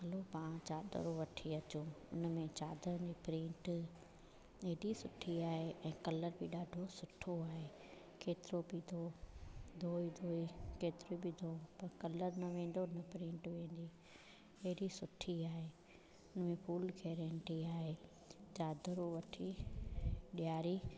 हलो पाणि चादरूं वठी अचूं हुन में चादरनि जी प्रिंट हेॾी सुठी आहे ऐं कलर बि ॾाढो सुठो आहे केतिरो बि धो धोई धोई केतिरो बि धो पर कलर न वेंदो न प्रिंट वेंदी अहिड़ी सुठी आहे हिन में फ़ुल गैरंटी आहे चादर वठी ॾियारी